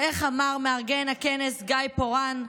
ואיך אמר מארגן הכנס גיא פורן?